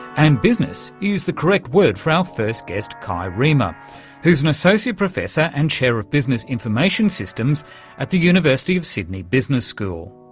and business is the correct word for our first guest kai riemer who's an associate professor and chair of business information systems at the university of sydney business school.